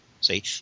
See